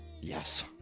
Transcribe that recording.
Yes